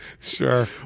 sure